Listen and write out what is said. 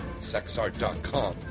Sexart.com